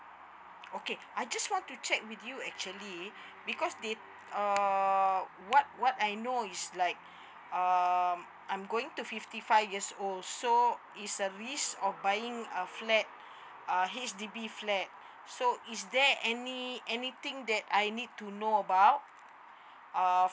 okay I just want to check with you actually because they err what wahat I know is like um I'm going to fifty five years old so is a risk of buying a flat a H_D_B flat so is there any anything that I need to know about err